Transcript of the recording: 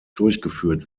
durchgeführt